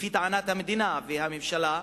לפי טענת המדינה והממשלה,